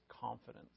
confidence